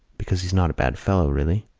because he's not a bad fellow, really.